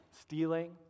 stealing